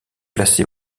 placé